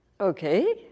Okay